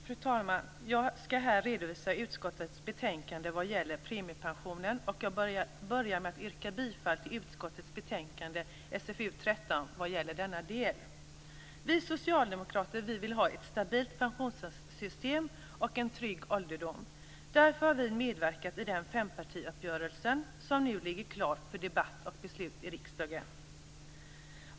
Fru talman! Jag skall här redovisa utskottets betänkande vad gäller premiepensioner, och jag börjar med att yrka bifall till utskottets hemställan i SfU13 i denna del. Vi socialdemokrater vill ha ett stabilt pensionssystem och en trygg ålderdom. Därför har vi medverkat i den fempartiuppgörelse som nu ligger klar för debatt och beslut i riksdagen.